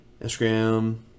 Instagram